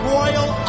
royal